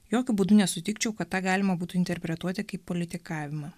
jokiu būdu nesutikčiau kad tą galima būtų interpretuoti kaip politikavimą